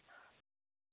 ꯑꯣ